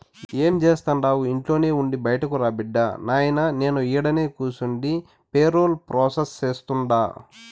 ఏం జేస్తండావు ఇంట్లోనే ఉండి బైటకురా బిడ్డా, నాయినా నేను ఈడనే కూసుండి పేరోల్ ప్రాసెస్ సేస్తుండా